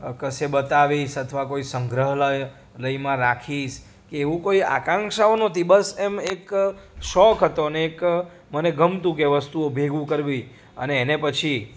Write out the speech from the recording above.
કશે બતાવીશ અથવા કોઈ સંગ્રહાલયમાં રાખીશ કે એવું કોઈ આકાંક્ષાઓ નહોતી બસ એમ એક શોખ હતો ને એક મને ગમતું કે વસ્તુઓ ભેગું કરવી અને એને પછી